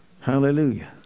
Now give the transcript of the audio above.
hallelujah